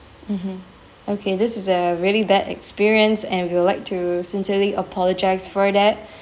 mmhmm okay this is a really bad experience and we would like to sincerely apologise for that